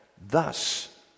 thus